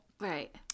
Right